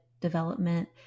development